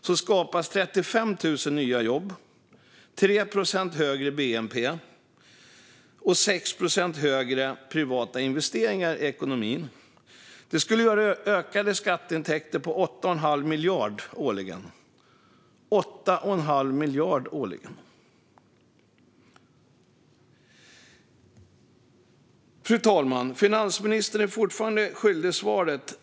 Det skulle leda till 35 000 nya jobb, 3 procent högre bnp och 6 procent högre privata investeringar i ekonomin och ge ökade skatteintäkter på 8 1⁄2 miljard årligen. Fru talman! Finansministern är fortfarande svaret skyldig.